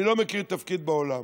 אני לא מכיר תפקיד בעולם,